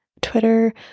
Twitter